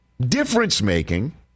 difference-making